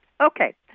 okay